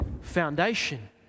foundation